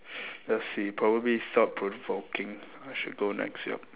let's see probably thought provoking I should go next yup